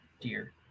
dear